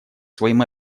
своим